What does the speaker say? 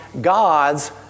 God's